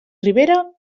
ribera